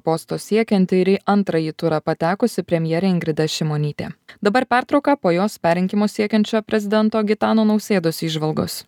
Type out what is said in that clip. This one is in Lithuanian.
posto siekianti ir į antrąjį turą patekusi premjerė ingrida šimonytė dabar pertrauka po jos perrinkimo siekiančio prezidento gitano nausėdos įžvalgos